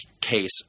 case